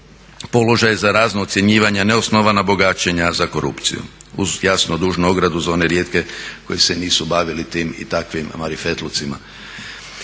položaj za razna ucjenjivanja, neosnovana bogaćenja za korupcijom. Uz jasno dužnu ogradu za one rijetke koji se nisu bavili tim i takvim marifetlucima.